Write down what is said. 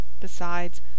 Besides